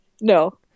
No